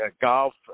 golf